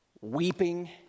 weeping